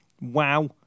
Wow